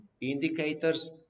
indicators